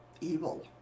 evil